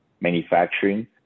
manufacturing